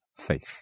faith